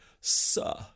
sir